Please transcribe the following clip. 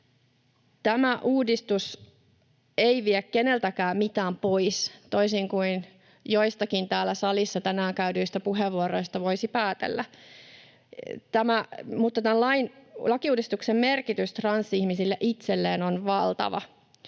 Tämä uudistus ei vie keneltäkään mitään pois, toisin kuin joistakin täällä salissa tänään käytetyistä puheenvuoroista voisi päätellä, mutta tämän lakiuudistuksen merkitys transihmisille itselleen on valtava.